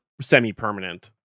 semi-permanent